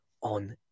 on